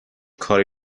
کاری